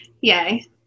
Yay